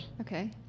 Okay